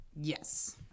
Yes